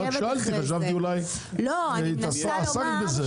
רק שאלתי ושאלתי חשבתי אולי התעסקת בזה.